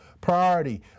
priority